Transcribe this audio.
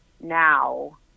now